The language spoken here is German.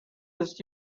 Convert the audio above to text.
des